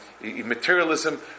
materialism